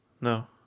No